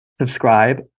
subscribe